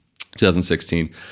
2016